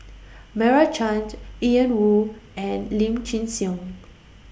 Meira Chand Ian Woo and Lim Chin Siong